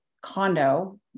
condo